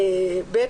(ב).